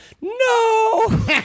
no